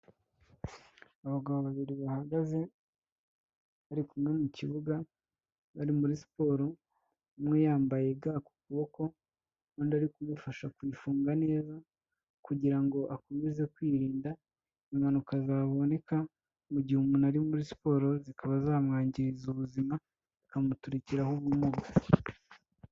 Abagabo babiri bahagaze bari kumwe mu kibuga, bari muri siporo, umwe yambaye ga ku kuboko, undi ari kumufasha kuyifunga neza, kugira akomeze kwirinda impanuka zaboneka, mu gihe umuntu ari muri siporo zikaba zamwangiza ubuzima, bikamuturikiraho ubumuga.